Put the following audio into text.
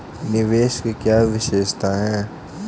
निवेश की क्या विशेषता है?